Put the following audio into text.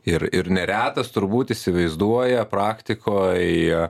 ir ir neretas turbūt įsivaizduoja praktikoj